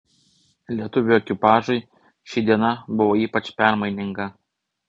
lietuvių ekipažui ši diena buvo ypač permaininga